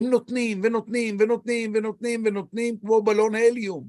נותנים, ונותנים, ונותנים, ונותנים, ונותנים כמו בלון הליום.